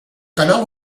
canal